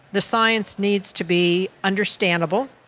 the science needs to be understandable,